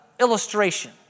illustration